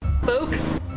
Folks